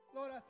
Lord